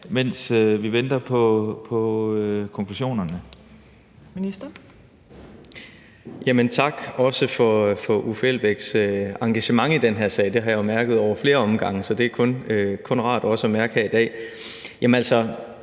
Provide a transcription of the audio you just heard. mens vi venter på konklusionerne?